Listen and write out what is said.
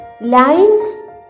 Lines